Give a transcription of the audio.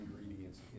ingredients